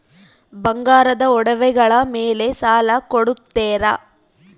ಬಂಗಾರದ ಒಡವೆಗಳ ಮೇಲೆ ಸಾಲ ಕೊಡುತ್ತೇರಾ?